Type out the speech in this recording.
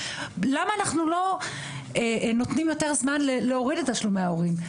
אבל למה לא נותנים יותר זמן כדי להוריד את תשלומי ההורים,